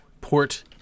port